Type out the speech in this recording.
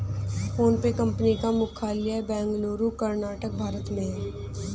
PhonePe company का मुख्यालय बेंगलुरु कर्नाटक भारत में है